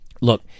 look